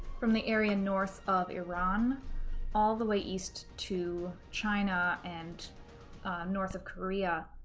from the area north of iran all the way east to china and north of korea.